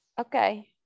okay